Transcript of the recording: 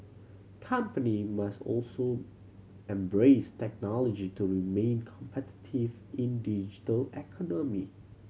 company must also embrace technology to remain competitive in digital economy